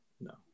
no